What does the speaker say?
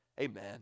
Amen